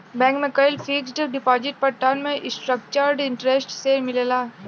bank में कईल fixed deposit पर टर्म स्ट्रक्चर्ड इंटरेस्ट रेट से मिलेला